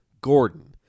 Gordon